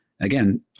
again